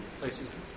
places